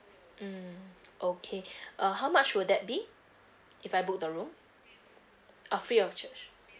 mm okay uh how much will that be if I book the room uh free of charge